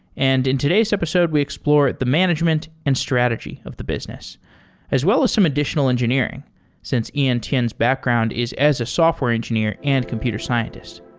and in today's episode, we explore the management and strategy of the business as well as some additional engineering since ian tien's background is as a software engineer and computer scientist.